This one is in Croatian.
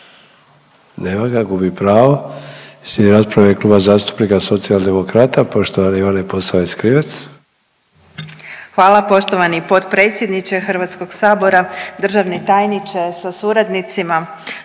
Nema ga, gubi pravo. Slijedi rasprava u ime Kluba zastupnika Socijaldemokrata poštovane Ivane Posavec Krivec.